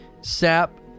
Sap